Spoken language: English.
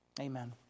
Amen